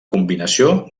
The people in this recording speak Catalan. combinació